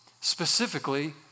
specifically